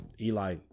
Eli